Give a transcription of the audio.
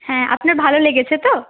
হ্যাঁ আপনার ভালো লেগেছে তো